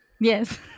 Yes